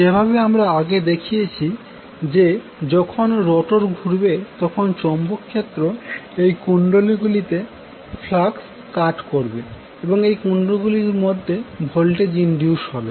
যেভাবে আমরা আগে দেখেছি যে যখন রোটোর ঘুরবে তখন চৌম্বক ক্ষেত্র এই কুণ্ডলী গুলিতে ফ্লাক্স কাট করবে এবং এই কুন্ডলীর মধ্যে ভোল্টেজ ইনডিউসড হবে